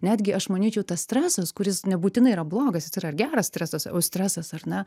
netgi aš manyčiau tas stresas kuris nebūtinai yra blogas jis yra ir geras stresas o stresas ar ne